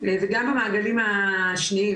וגם המעגלים השניים,